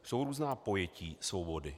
Jsou různá pojetí svobody.